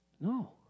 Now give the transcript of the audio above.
No